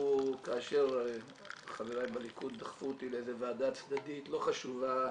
הוא כאשר חבריי בליכוד דחפו אותי לאיזו ועדה צדדית לא חשובה